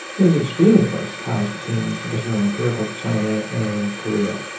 it was extremely close ties between traditional empirical china and korea.